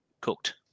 cooked